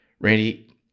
Randy